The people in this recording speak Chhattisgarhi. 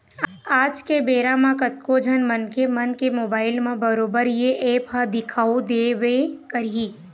आज के बेरा म कतको झन मनखे मन के मोबाइल म बरोबर ये ऐप ह दिखउ देबे करही